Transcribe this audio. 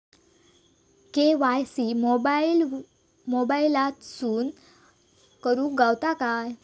KYC मोबाईलातसून करुक गावता काय?